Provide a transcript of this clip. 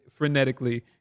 frenetically